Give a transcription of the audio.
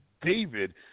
David